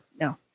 No